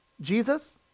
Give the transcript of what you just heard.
Jesus